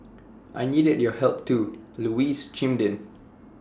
I needed your help too Louise chimed in